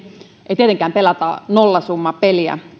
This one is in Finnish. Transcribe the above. ei tietenkään pelata nollasummapeliä